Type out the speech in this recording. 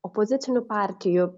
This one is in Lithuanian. opozicinių partijų